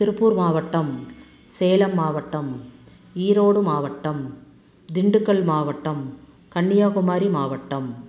திருப்பூர் மாவட்டம் சேலம் மாவட்டம் ஈரோடு மாவட்டம் திண்டுக்கல் மாவட்டம் கன்னியாகுமரி மாவட்டம்